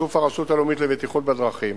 בשיתוף הרשות הלאומית לבטיחות בדרכים,